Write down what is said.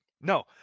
No